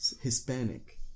hispanic